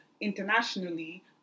internationally